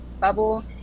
bubble